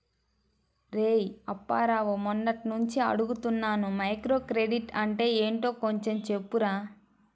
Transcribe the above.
రేయ్ అప్పారావు, మొన్నట్నుంచి అడుగుతున్నాను మైక్రోక్రెడిట్ అంటే ఏంటో కొంచెం చెప్పురా